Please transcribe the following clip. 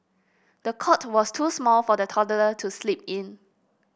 the cot was too small for the toddler to sleep in